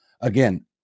again